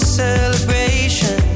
celebration